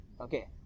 Okay